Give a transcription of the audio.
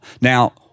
Now